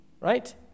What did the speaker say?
right